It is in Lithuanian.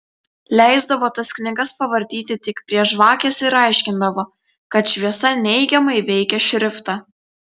leisdavo tas knygas pavartyti tik prie žvakės ir aiškindavo kad šviesa neigiamai veikia šriftą